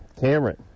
Cameron